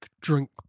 drink